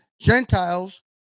Gentiles